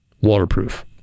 waterproof